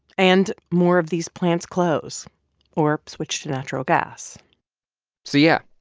and more of these plants close or switch to natural gas so yeah,